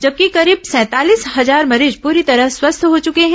जबकि करीब सैंतालीस हजार मरीज पुरी तरह स्वस्थ हो चुके हैं